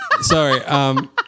Sorry